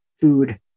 food